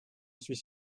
suis